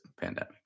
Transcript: pandemic